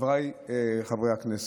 חבריי חברי הכנסת,